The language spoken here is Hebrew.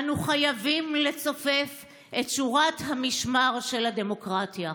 אנו חייבים לצופף את שורת המשמר של הדמוקרטיה.